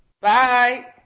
Bye